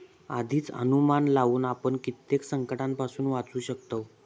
आधीच अनुमान लावुन आपण कित्येक संकंटांपासून वाचू शकतव